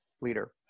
leader